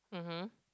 mmhmm